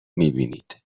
میبینید